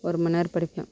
ஒரு மணி நேரம் படிப்பேன்